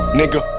nigga